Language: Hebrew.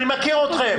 אני מכיר אתכם.